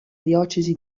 diocesi